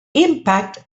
impact